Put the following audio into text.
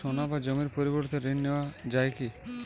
সোনা বা জমির পরিবর্তে ঋণ নেওয়া যায় কী?